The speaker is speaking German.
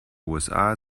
usa